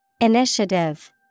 Initiative